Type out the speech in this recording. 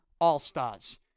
All-Stars